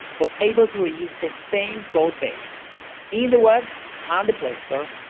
was able to ah use the same code base in the web and the play store,